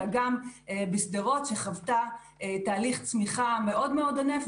אלא גם בשדרות שחוותה תהליך צמיחה מאוד ענף.